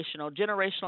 Generational